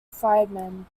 friedman